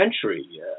century